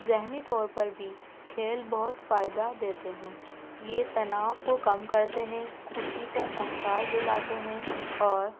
ذہنی طور پر بھی کھیل بہت فائدہ دیتے ہیں یہ تناؤ کو کم کرتے ہیں خوشی کا احساس دلاتے ہیں اور